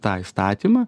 tą įstatymą